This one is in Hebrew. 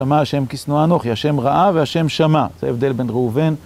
שמע השם כי שנוא אנוכי, השם ראה והשם שמע, זה הבדל בין ראובן